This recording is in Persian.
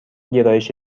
گرایش